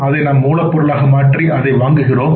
அதை நாம் மூலப்பொருளாக மாற்றி அதை வாங்குகிறோம்